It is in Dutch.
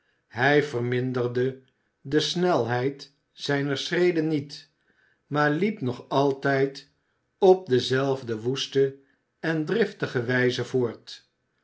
hij verminderde de snelheid zijner schreden niet maar liep nog altijd op dezelfde woeste en driftige wijze voort